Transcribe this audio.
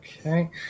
Okay